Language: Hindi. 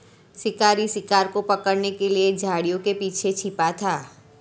शिकारी शिकार को पकड़ने के लिए झाड़ियों के पीछे छिपा था